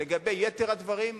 לגבי יתר הדברים,